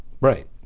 Right